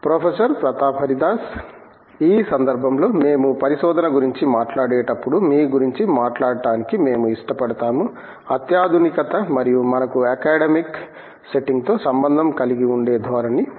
professor Pratap Haridas ఈ సందర్భంలో మేము పరిశోధన గురించి మాట్లాడేటప్పుడు మీ గురించి మాట్లాడటానికి మేము ఇష్టపడతాము అత్యాధునికత మరియు మనకు అకాడెమిక్ సెట్టింగ్తో సంబంధం కలిగి ఉండే ధోరణి ఉంది